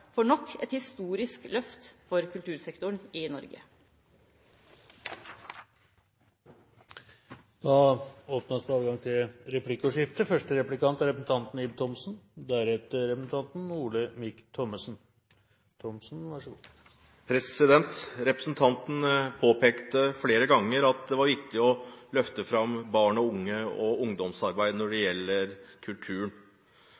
får nok et historisk løft for kultursektoren i Norge. Det blir replikkordskifte. Representanten påpekte flere ganger at det var viktig å løfte fram barn og unge og ungdomsarbeid når det